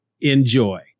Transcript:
Enjoy